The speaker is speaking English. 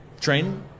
train